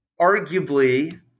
arguably